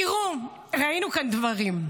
תראו, ראינו כאן דברים.